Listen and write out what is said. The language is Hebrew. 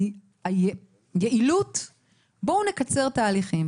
נקצר תהליכים.